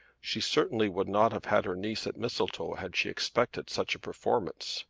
she certainly would not have had her niece at mistletoe had she expected such a performance.